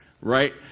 right